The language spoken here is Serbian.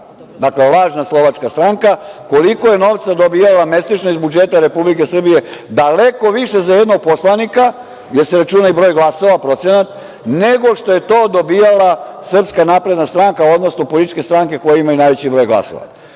lažna slovačka stranka, koliko je novca dobijala mesečno iz budžeta Republike Srbije? Daleko više za jednog poslanika, jer se računa i broj glasova, procenat, nego što je to dobijala SNS, odnosno političke stranke koje imaju najveći broj glasova. Em